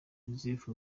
joseph